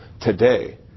today